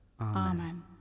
Amen